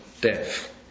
death